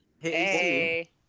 Hey